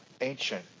ancient